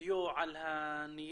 דיו על הנייר.